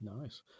Nice